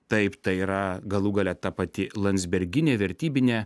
taip tai yra galų gale ta pati landsberginė vertybinė